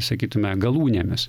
sakytumėme galūnėmis